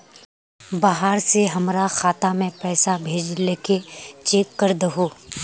बाहर से हमरा खाता में पैसा भेजलके चेक कर दहु?